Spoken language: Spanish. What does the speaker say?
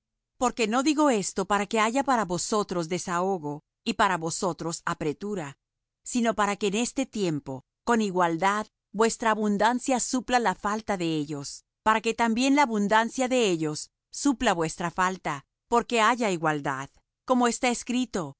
porque no digo esto para que haya para otros desahogo y para vosotros apretura sino para que en este tiempo con igualdad vuestra abundancia supla la falta de ellos para que también la abundancia de ellos supla vuestra falta porque haya igualdad como está escrito